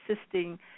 assisting